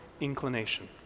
inclination